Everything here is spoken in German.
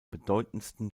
bedeutendsten